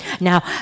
now